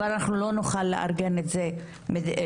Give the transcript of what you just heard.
ואנחנו לא נוכל לארגן את זה מידית.